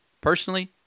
personally